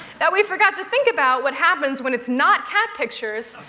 that we forgot to think about what happens when it's not cat pictures.